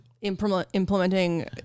Implementing